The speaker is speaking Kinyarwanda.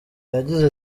yagize